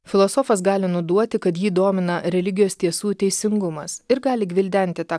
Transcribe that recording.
filosofas gali nuduoti kad jį domina religijos tiesų teisingumas ir gali gvildenti tą